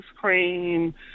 cream